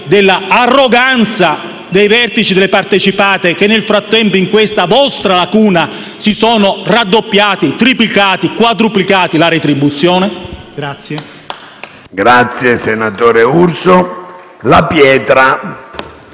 dell'arroganza dei vertici delle partecipate che, nel frattempo, in questa vostra lacuna, si sono raddoppiati, triplicati e quadruplicati la retribuzione.